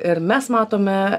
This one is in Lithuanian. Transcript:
ir mes matome